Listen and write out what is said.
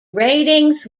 ratings